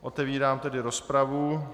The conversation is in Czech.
Otevírám tedy rozpravu.